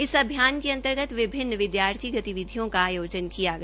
इस अभियान के अंतर्गत विभिन्न विदयार्थी गतिविधियों का आयोजन किया गया